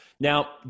Now